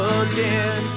again